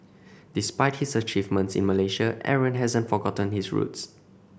despite his achievements in Malaysia Aaron hasn't forgotten his roots